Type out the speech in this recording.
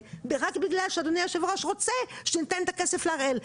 רק בגלל שאדוני יושב הראש רוצה שניתן את הכסף להראל.